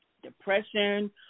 Depression